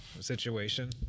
situation